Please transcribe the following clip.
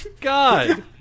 God